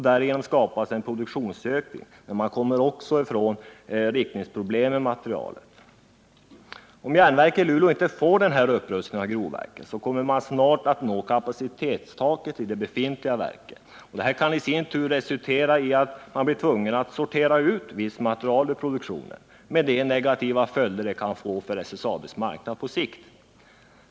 Därigenom skapas alltså en produktionsökning, men man kommer också ifrån s.k. riktningsproblem med materialet. Om järnverket i Luleå inte får denna upprustning av grovverket, så kommer man snart att nå kapacitetstaket i det befintliga verket. Det kan i sin tur resultera i att man blir tvungen att sortera ut visst material ur produktionen med de negativa följder det kan få för SSAB:s marknad på sikt.